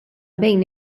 bejn